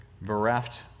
bereft